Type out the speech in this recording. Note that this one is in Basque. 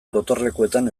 gotorlekuetan